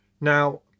Now